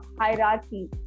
hierarchy